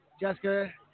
Jessica